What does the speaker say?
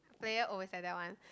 players always like that one